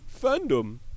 fandom